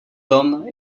tom